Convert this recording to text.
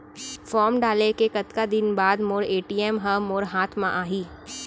Form डाले के कतका दिन बाद मोर ए.टी.एम ह मोर हाथ म आही?